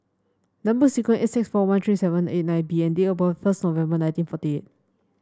number sequence S six four one three seven eight nine B and date of birth first November nineteen forty eight